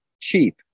cheap